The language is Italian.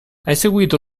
eseguito